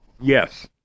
yes